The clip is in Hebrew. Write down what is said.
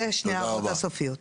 אלה שתי ההערות הסופיות.